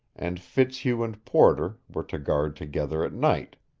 and fitzhugh and porter were to guard together at night.